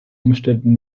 umständen